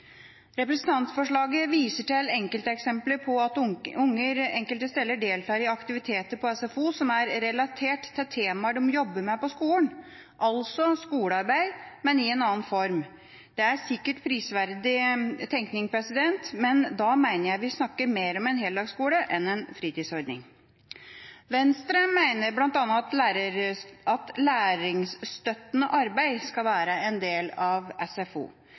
Representantforslaget viser til enkelteksempler på at unger enkelte steder deltar i aktiviteter på SFO som er relatert til temaer de jobber med på skolen – altså skolearbeid, men i en annen form. Det er sikkert prisverdig tenkning, men da mener jeg vi snakker mer om heldagsskole enn om en fritidsordning. Venstre mener bl.a. at læringsstøttende arbeid skal være en del av SFO.